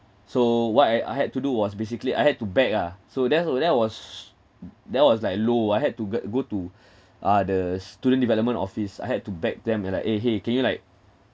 so what I I had to do was basically I had to beg ah so that so that was that was like low I had to get go to ah the student development office I had to beg them and like eh !hey! can you like